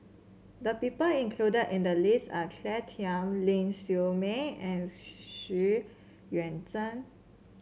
the people included in the list are Claire Tham Ling Siew May and Xu Yuan Zhen